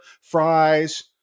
fries